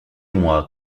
moi